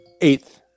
Eighth